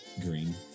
Green